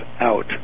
out